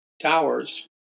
towers